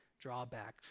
drawbacks